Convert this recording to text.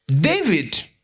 David